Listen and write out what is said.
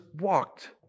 walked